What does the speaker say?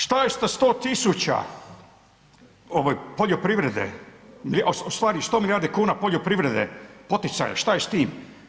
Šta je sa 100.000 ovaj poljoprivrede u stvari 100 milijardi kuna poljoprivrede poticaja, šta je s tim?